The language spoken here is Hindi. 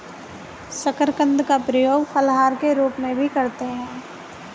शकरकंद का प्रयोग फलाहार के रूप में भी करते हैं